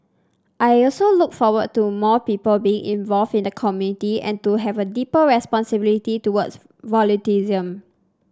I also look forward to more people being involved in the community and to have a deeper responsibility towards volunteerism